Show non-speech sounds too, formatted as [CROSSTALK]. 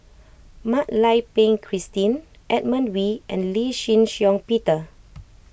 Mak Lai Peng Christine Edmund Wee and Lee Shih Shiong Peter [NOISE]